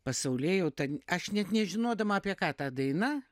pasaulėjautą aš net nežinodama apie ką ta daina